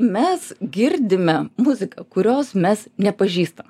mes girdime muziką kurios mes nepažįstam